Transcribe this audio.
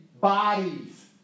bodies